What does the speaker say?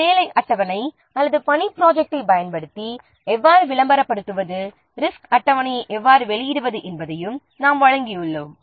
ஒரு வேலை அட்டவணை அல்லது பணித ப்ராஜெக்ட்டைப் பயன்படுத்தி எவ்வாறு விளம்பரப்படுத்துவது ரிசோர்ஸ் அட்டவணையை எவ்வாறு வெளியிடுவது என்பதையும் நாம் வழங்கியுள்ளோம்